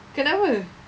kenapa